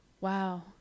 wow